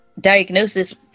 diagnosis